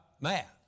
math